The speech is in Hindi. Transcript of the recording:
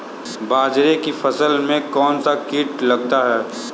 बाजरे की फसल में कौन सा कीट लगता है?